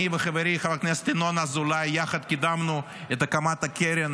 אני וחברי חבר הכנסת ינון אזולאי קידמנו יחד את הקמת קרן